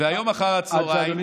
והיום אחר הצוהריים,